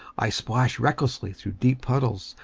i splash recklessly through deep puddles,